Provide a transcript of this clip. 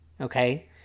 okay